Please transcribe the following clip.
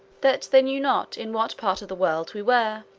that they knew not in what part of the world we were.